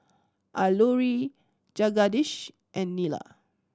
Alluri Jagadish and Neila